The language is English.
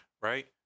right